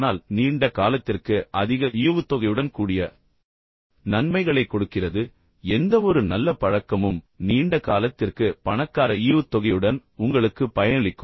ஆனால் நீண்ட காலத்திற்கு அதிக ஈவுத்தொகையுடன் கூடிய நன்மைகளை கொடுக்கிறது எந்தவொரு நல்ல பழக்கமும் நீண்ட காலத்திற்கு பணக்கார ஈவுத்தொகையுடன் உங்களுக்கு பயனளிக்கும்